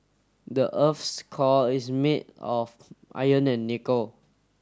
the earth's core is made of iron and nickel